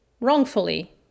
wrongfully